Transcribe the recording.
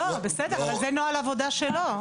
לא בסדר, אבל זה נוהל עבודה שלו.